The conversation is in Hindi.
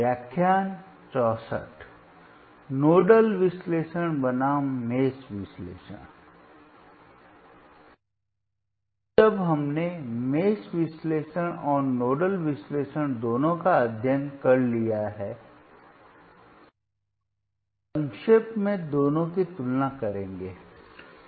अब जब हमने मेश विश्लेषण और नोडल विश्लेषण दोनों का अध्ययन कर लिया है हम संक्षेप में दोनों की तुलना करेंगे